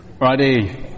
Righty